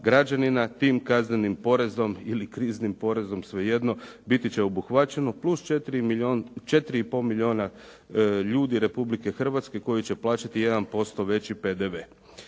tim kaznenim porezom svejedno biti će obuhvaćeno plus 4,5 milijuna ljudi Republike Hrvatske koji će plaćati 1% veći PDV.